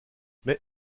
mais